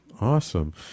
Awesome